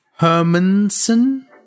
Hermanson